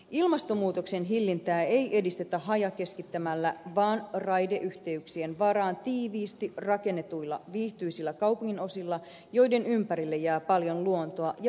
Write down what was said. ilmastonmuutoksen hillintää ei edistetä hajakeskittämällä vaan raideyhteyksien varaan tiiviisti rakennetuilla viihtyisillä kaupunginosilla joiden ympärille jää paljon luontoa ja virkistysalueita